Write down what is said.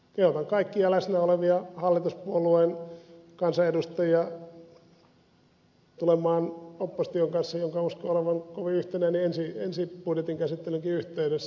kehotan kaikkia läsnä olevia hallituspuolueen kansanedustajia tulemaan mukaan opposition kanssa jonka uskon olevan kovin yhtenäinen ensi budjetin käsittelynkin yhteydessä